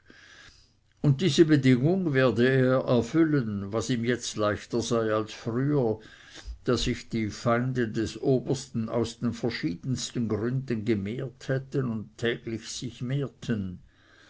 und diese bedingung werde er erfüllen was ihm jetzt leichter sei als früher da sich die feinde des obersten aus den verschiedensten gründen gemehrt hätten und noch täglich sich mehrten